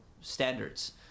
standards